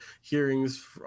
hearings